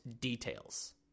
details